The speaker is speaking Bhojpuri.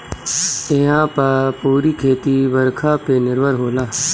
इहां पअ पूरा खेती बरखा पे निर्भर होला